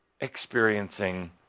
experiencing